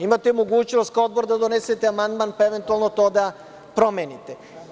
Imate mogućnost kao odbor da donesete amandman, pa eventualno to da promenite.